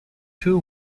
two